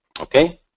Okay